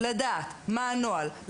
לדעת מה הנוהל,